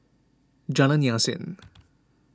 Jalan Yasin